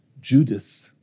Judas